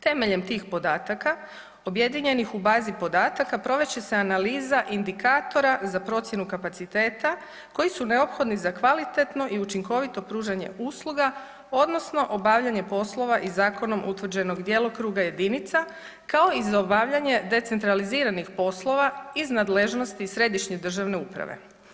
Temeljem tih podataka objedinjenih u bazi podataka provest će se analizi indikatora za procjenu kapaciteta koji su neophodni za kvalitetno i učinkovito pružanje usluga odnosno obavljanje poslova iz zakonom utvrđenog djelokruga jedinica kao i za obavljanje decentraliziranih poslova iz nadležnosti središnje državne uprave.